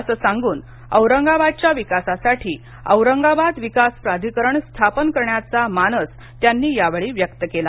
असं सांगून औरंगाबादच्या विकासासाठी औरंगाबाद विकास प्राधिकरण स्थापन करण्याचा मानस त्यांनी व्यक्त केला